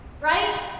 Right